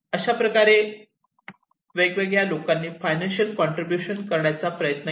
अशा प्रकारे वेगवेगळ्या लोकांनी फायनान्शियल कॉन्ट्रीब्युशन करण्याचा प्रयत्न केला